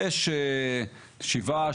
יש שבעה,